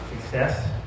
Success